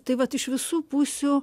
tai vat iš visų pusių